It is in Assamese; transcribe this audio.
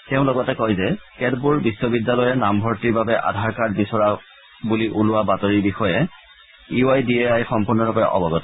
তেওঁ লগতে কয় যে কেতবোৰ বিশ্ববিদ্যালয়ে নামভৰ্তিৰ বাবে আধাৰ কাৰ্ড বিচৰা বুলি ওলোৱা বাতৰিৰ বিষয়ে U I D A I সম্পূৰ্ণৰূপে অৱগত